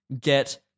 get